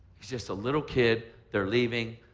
he's just a little kid. they're leaving.